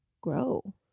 grow